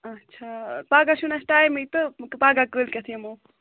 اَچھا پَگاہ چھُنہٕ اَسہِ ٹایمے تہٕ پَگاہ کٲلۍکیٚتھ یِمَو